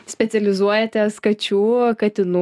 specializuojatės kačių katinų